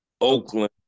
Oakland